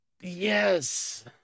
Yes